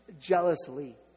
jealously